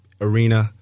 arena